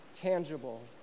tangible